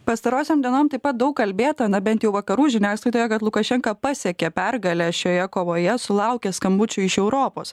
pastarosiom dienom taip pat daug kalbėta na bent jau vakarų žiniasklaidoje kad lukašenka pasiekė pergalę šioje kovoje sulaukė skambučių iš europos